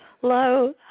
hello